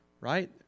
right